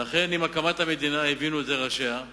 ואכן, עם הקמת המדינה הבינו את זה ראשיה,